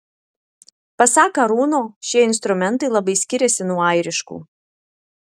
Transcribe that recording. pasak arūno šie instrumentai labai skiriasi nuo airiškų